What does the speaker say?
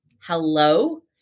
Hello